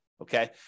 okay